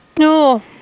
No